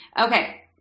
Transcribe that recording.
Okay